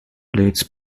relates